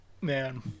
Man